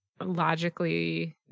logically